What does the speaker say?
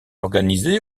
organisé